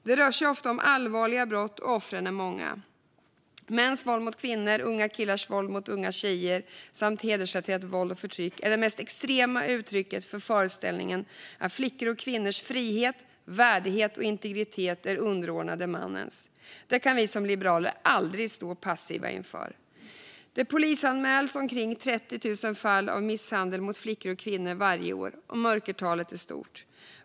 Det rör sig ofta om allvarliga brott, och offren är många. Mäns våld mot kvinnor, unga killars våld mot unga tjejer samt hedersrelaterat våld och förtryck är det mest extrema uttrycket för föreställningen att flickors och kvinnors frihet, värdighet och integritet är underordnad mannens. Det kan vi som liberaler aldrig stå passiva inför. Det polisanmäls omkring 30 000 fall av misshandel mot flickor och kvinnor varje år, och mörkertalet är stort.